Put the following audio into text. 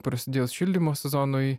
prasidėjus šildymo sezonui